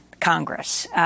Congress